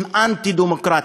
שהם אנטי-דמוקרטיים.